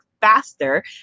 faster